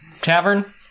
Tavern